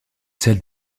celle